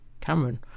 Cameron